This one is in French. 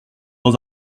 dans